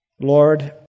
Lord